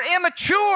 immature